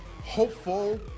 hopeful